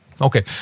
Okay